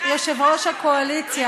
בבקשה,